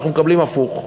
אנחנו מקבלים הפוך.